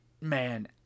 man